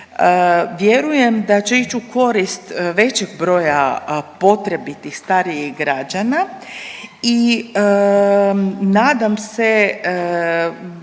vjerujem da će ići u korist većeg broja potrebitih starijih građana i nadam se